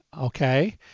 okay